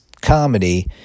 comedy